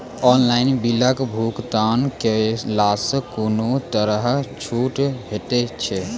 Online बिलक भुगतान केलासॅ कुनू तरहक छूट भेटै छै?